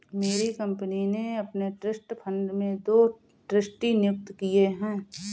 मेरी कंपनी ने अपने ट्रस्ट फण्ड में दो ट्रस्टी नियुक्त किये है